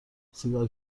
سیگار